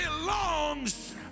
belongs